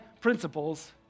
principles